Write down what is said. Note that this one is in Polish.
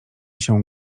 się